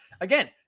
again